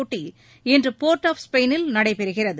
போட்டி இன்று port of ஸ்பெயினில் நடைபெறுகிறது